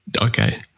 okay